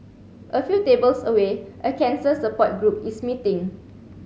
a few tables away a cancer support group is meeting